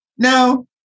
no